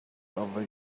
over